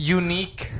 unique